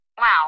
Wow